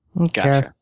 Okay